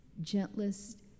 gentlest